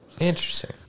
Interesting